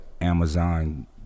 Amazon